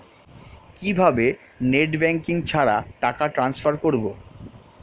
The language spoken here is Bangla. কিভাবে নেট ব্যাঙ্কিং ছাড়া টাকা ট্রান্সফার করবো?